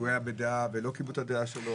שהוא היה בדעה ולא קיבלו את הדעה שלו,